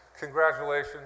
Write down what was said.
Congratulations